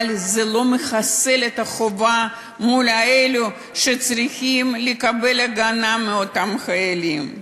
אבל זה לא מחסל את החובה של אלו שצריכים לקבל הגנה מאותם חיילים.